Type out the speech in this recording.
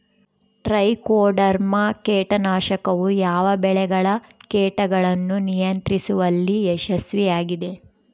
Trichoderma ಕೇಟನಾಶಕವು ಯಾವ ಬೆಳೆಗಳ ಕೇಟಗಳನ್ನು ನಿಯಂತ್ರಿಸುವಲ್ಲಿ ಯಶಸ್ವಿಯಾಗಿದೆ?